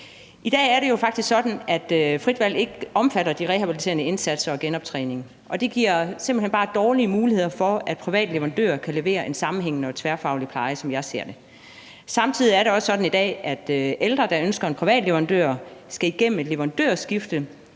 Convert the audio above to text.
I dag er det jo faktisk sådan, at frit valg ikke omfatter de rehabiliterende indsatser og genoptræning, og det giver simpelt hen bare dårlige muligheder for, at private leverandører kan levere en sammenhængende og tværfaglig pleje, sådan som jeg ser det. Samtidig er det også sådan i dag, at ældre, der ønsker en privat leverandør, skal igennem et leverandørskifte,